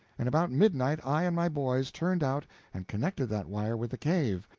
and about midnight i and my boys turned out and connected that wire with the cave,